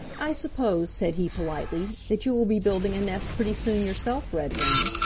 i suppose, said he politely, that you will be building a nest pretty soon yourself, redwing.